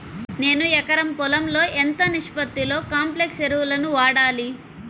నేను ఎకరం పొలంలో ఎంత నిష్పత్తిలో కాంప్లెక్స్ ఎరువులను వాడాలి?